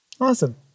Awesome